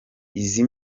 izi